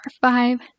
five